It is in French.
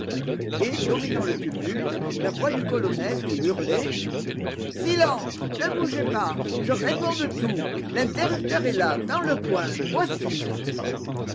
et dominant le tumulte la voix du colonel qui hurlait silence ne bougez pas je réponds de tout l'interrupteur est là dans le coin voici